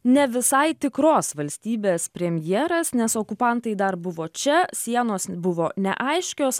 ne visai tikros valstybės premjeras nes okupantai dar buvo čia sienos buvo neaiškios